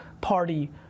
party